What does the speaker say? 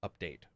update